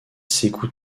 sékou